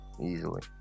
Easily